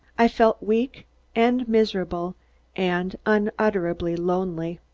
i felt weak and miserable and unutterably lonely.